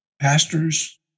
pastors